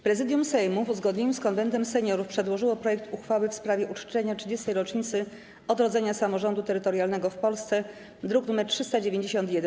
Prezydium Sejmu, w uzgodnieniu z Konwentem Seniorów, przedłożyło projekt uchwały w sprawie uczczenia 30. rocznicy odrodzenia samorządu terytorialnego w Polsce, druk nr 391.